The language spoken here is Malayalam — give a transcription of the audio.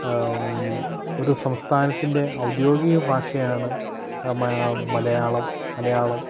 ഒരു സംസ്ഥാനത്തിൻ്റെ ഔദ്യോഗിക ഭാഷയാണ് മലയാളം മലയാളം